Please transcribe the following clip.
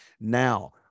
Now